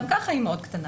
גם כך היא מאוד קטנה.